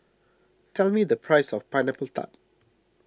tell me the price of Pineapple Tart